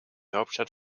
hauptstadt